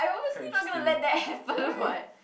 quite interesting eh why